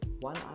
one